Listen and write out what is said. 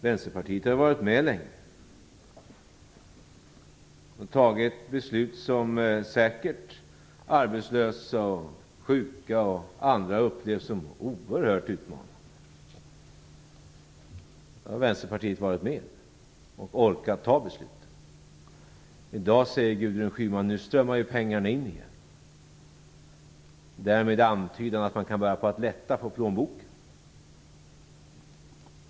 Vänsterpartiet har ju varit med länge och tagit beslut som säkert arbetslösa, sjuka och andra upplevt som oerhört utmanande. Där har Vänsterpartiet varit med och orkat ta beslut. I dag säger Gudrun Schyman: Nu strömmar ju pengarna in igen. Därmed antyder hon att man kan börja lätta på plånboken.